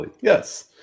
Yes